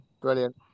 Brilliant